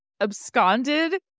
absconded